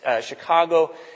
Chicago